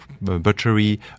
butchery